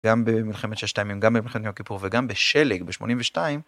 גם במלחמת ששת הימים, גם במלחמת יום כיפור, וגם ב"שלג" בשמונים ושתיים...